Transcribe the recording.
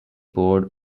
board